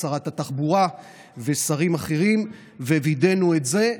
שרת התחבורה ושרים אחרים ווידאנו את זה,